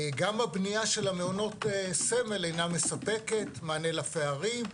גם הבנייה של מעונות סמל אינה מספקת מענה לפערים,